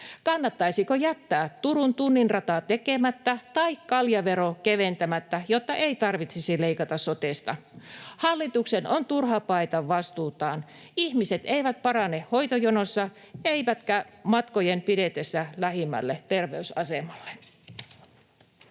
Kannattaisiko jättää Turun tunnin rata tekemättä tai kaljavero keventämättä, jotta ei tarvitsisi leikata sotesta? Hallituksen on turha paeta vastuutaan. Ihmiset eivät parane hoitojonossa eivätkä matkojen pidetessä lähimmälle terveysasemalle.